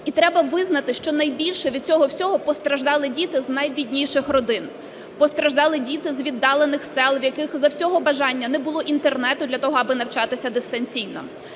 І треба визнати, що найбільше від цього всього постраждали діти з найбідніших родин, постраждали діти з віддалених сел, в яких за всього бажання не було інтернету для того, аби навчатися дистанційно.